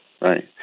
Right